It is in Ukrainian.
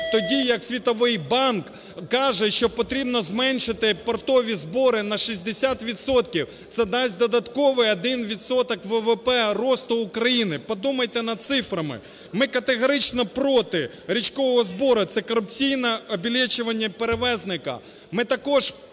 тоді як Світовий банк каже, що потрібно зменшити портові збори на 60 відсотків, це дасть додатковий 1 відсоток ВВП росту України. Подумайте над цифрами. Ми категорично проти річкового збору, це корупційне обілєчіваніє перевізника.